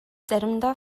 заримдаа